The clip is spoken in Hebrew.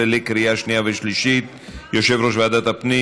יירשם בפרוטוקול.